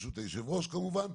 ברשות היושב-ראש כמובן,